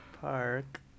Park